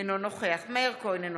אינו נוכח מאיר כהן,